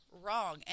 wrong